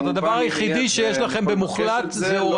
אני יכול לנסות לבקש את זה,